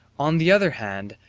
on the other hand,